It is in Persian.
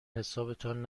حسابتان